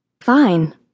Fine